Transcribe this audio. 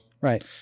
Right